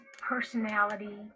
personality